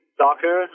soccer